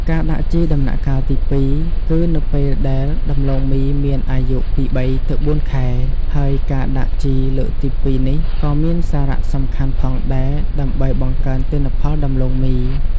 ការដាក់ជីដំណាក់កាលទី២ គឺនៅពេលដែលដំឡូងមីមានអាយុពី ៣ ទៅ ៤ ខែ ហើយការដាក់ជីលើកទីពីរនេះក៏មានសារៈសំខាន់ផងដែរ ដើម្បីបង្កើនទិន្នផលដំឡូងមី។